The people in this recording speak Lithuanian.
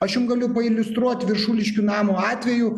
aš jum galiu pailiustruot viršuliškių namo atveju